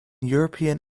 european